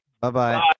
Bye-bye